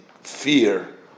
fear